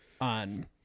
on –